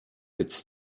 it’s